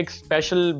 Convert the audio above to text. special